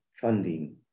funding